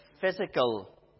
physical